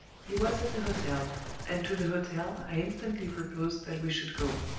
he was at the hotel and to the hotel i instantly proposed that we should go.